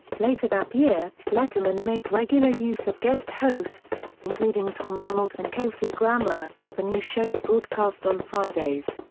later that year, letterman made regular use of guest hosts including tom arnold and kelsey grammer for new shows broadcast on fridays.